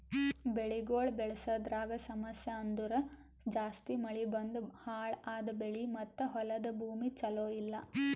ಬೆಳಿಗೊಳ್ ಬೆಳಸದ್ರಾಗ್ ಸಮಸ್ಯ ಅಂದುರ್ ಜಾಸ್ತಿ ಮಳಿ ಬಂದು ಹಾಳ್ ಆದ ಬೆಳಿ ಮತ್ತ ಹೊಲದ ಭೂಮಿ ಚಲೋ ಇಲ್ಲಾ